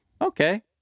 okay